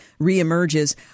reemerges